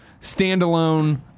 standalone